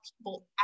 people